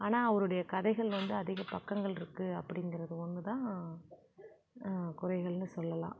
ஆனால் அவருடைய கதைகள் வந்து அதிக பக்கங்கள் இருக்கு அப்படிங்கிறது ஒன்னு தான் குறைகள்னு சொல்லலாம்